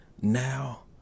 Now